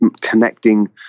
connecting